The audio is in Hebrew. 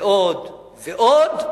ועוד ועוד,